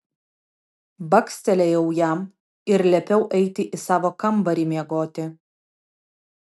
bakstelėjau jam ir liepiau eiti į savo kambarį miegoti